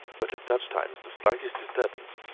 but at such times the slightest disturbance,